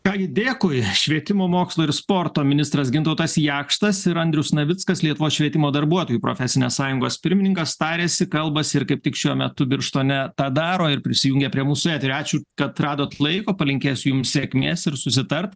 ką gi dėkui švietimo mokslo ir sporto ministras gintautas jakštas ir andrius navickas lietuvos švietimo darbuotojų profesinės sąjungos pirmininkas tariasi kalbasi ir kaip tik šiuo metu birštone tą daro ir prisijungė prie mūsų eterio ačiū kad radot laiko palinkėsiu jums sėkmės ir susitart